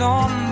on